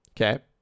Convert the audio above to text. Okay